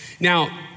Now